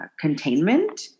containment